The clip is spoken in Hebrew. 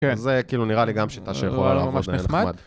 כן, זה כאילו נראה לי גם שיטה שיכולה לעבוד נחמד.